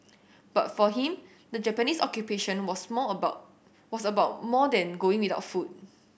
but for him the Japanese Occupation was more about was about more than going without food